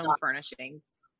furnishings